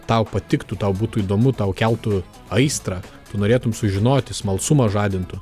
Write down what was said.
tau patiktų tau būtų įdomu tau keltų aistrą tu norėtum sužinoti smalsumą žadintų